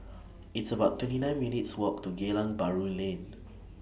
It's about twenty nine minutes' Walk to Geylang Bahru Lane